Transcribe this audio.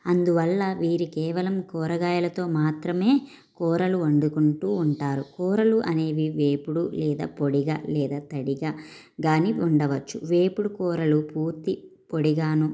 అందువల్ల వీరు కేవలం కూరగాయలతో మాత్రమే కూరలు వండుకుంటూ ఉంటారు కూరలు అనేవి వేపుడు లేదా పొడిగా లేదా తడిగా కానీ ఉండవచ్చు వేపుడుకూరలు పూర్తి పొడిగాను